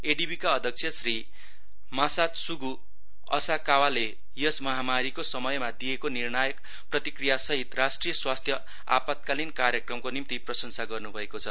ADV का अध्यक्ष Shri Masatsugu असाकावाले यस महामारीको समयमा दिएको निर्णायक प्रतिक्रियासहित राष्ट्रिय स्वास्थ्य आपातकालीन कामक्रमको निम्ति प्रशंसा गर्नुभएको छ